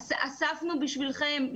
אספנו בשבילכם,